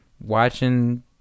watching